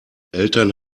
eltern